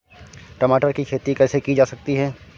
टमाटर की खेती कैसे की जा सकती है?